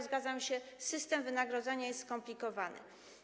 Zgadzam się, system wynagradzania jest skomplikowany.